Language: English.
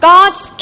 God's